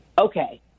okay